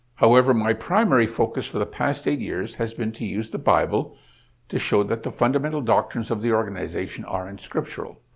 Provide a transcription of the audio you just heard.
however, my primary focus for the past eight years has been to use the bible to show that the fundamental doctrines of the organization are unscriptural.